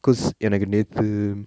cause எனக்கு நேத்து:enaku nethu